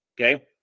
Okay